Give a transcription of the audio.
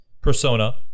persona